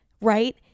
right